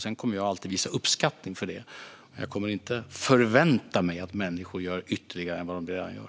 Jag kommer alltid att visa uppskattning för det, men jag kommer inte att förvänta mig att människor gör ytterligare mer än de redan gör.